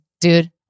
dude